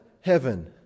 heaven